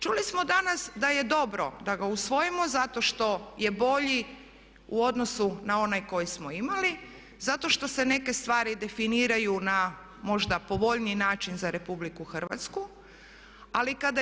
Čuli smo danas da je dobro da ga usvojimo zato što je bolji u odnosu na onaj koji smo imali, zato što se neke stvari definiraju na možda povoljniji način za Republiku Hrvatsku.